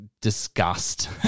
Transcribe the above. disgust